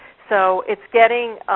so it's getting